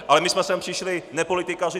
Ale my jsme sem přišli nepolitikařit.